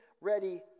ready